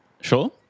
Sure